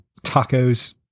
tacos